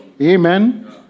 Amen